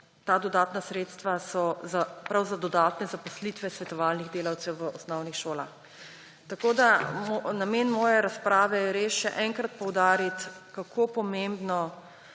ta dodatna sredstva prav za dodatne zaposlitve svetovalnih delavcev v osnovnih šolah. Tako je namen moje razprave res še enkrat poudariti, kako pomembno